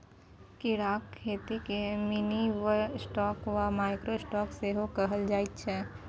कीड़ाक खेतीकेँ मिनीलिवस्टॉक वा माइक्रो स्टॉक सेहो कहल जाइत छै